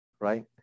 right